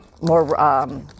more